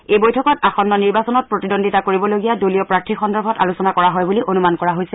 এই বৈঠকত আসন্ন নিৰ্বাচনত প্ৰতিদণ্ডিতা কৰিবলগীয়া দলীয় প্ৰাৰ্থী সন্দৰ্ভত আলোচনা কৰা হয় বুলি অনুমান কৰা হৈছে